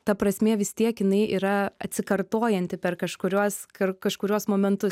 ta prasmė vis tiek jinai yra atsikartojanti per kažkuriuos kar kažkuriuos momentus